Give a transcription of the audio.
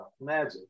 magic